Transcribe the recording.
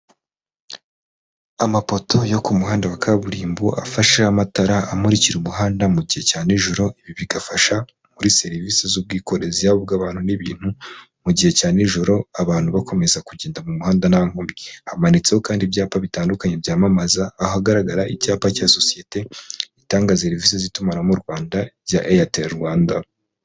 Amapoto yo ku muhanda wa kaburimbo afasheho amatara amuririka umuhanda mu gihe cya nijoro, ibi bigafasha muri serivisi z'ubwikorezi haba ubw'abantu n'ibintu mu gihe cya nijoro abantu bakomeza kugenda mu muhanda nta nkomyi, hamanitseho kandi ibyapa bitandukanye byamamaza ahagaragara icyapa cya sosiyete itanga serivisi z'itumanaho mu Rwanda rya eyateri Rwanda.